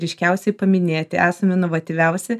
ryškiausiai paminėti esame inovatyviausi